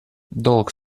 долг